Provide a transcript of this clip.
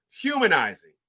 humanizing